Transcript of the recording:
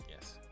Yes